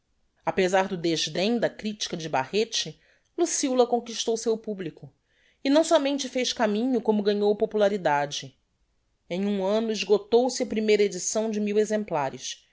apezar do desdem da critica de barrete luciola conquistou seu publico e não somente fez caminho como ganhou popularidade em um anno esgotou se a primeira edicção de mil exemplares